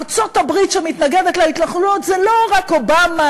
ארצות-הברית שמתנגדת להתנחלויות זה לא רק אובמה,